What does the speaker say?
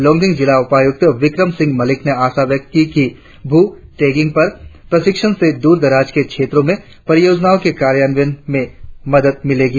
लोगंडिंग जिला उपायुक्त विक्रम सिंह मलिक ने आशा व्यक्त की कि भू टैगिंग पर प्रशिक्षण से दूर दराज के क्षेत्रों में परियोजना के कार्यान्वयन में मदद मिलेगी